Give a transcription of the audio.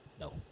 No